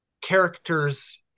characters